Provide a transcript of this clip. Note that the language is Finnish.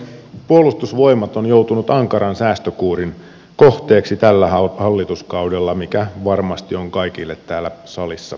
puolustusvoimat on joutunut ankaran säästökuurin kohteeksi tällä hallituskaudella mikä varmasti on kaikille täällä salissa itsestään selvää